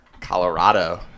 Colorado